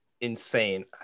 insane